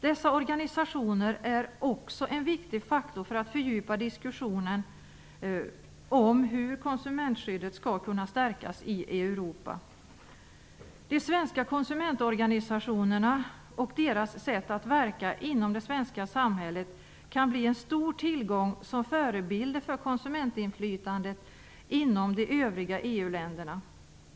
Dessa organisationer är också en viktig faktor för att fördjupa diskussionen om hur konsumentskyddet skall kunna stärkas i Europa. De svenska konsumentorganisationerna och deras sätt att verka inom det svenska samhället kan bli en stor tillgång som förebilder för konsumentinflytandet inom de övriga EU-länderna.